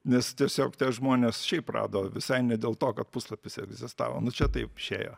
nes tiesiog tie žmonės šiaip rado visai ne dėl to kad puslapis egzistavo nu čia taip išėjo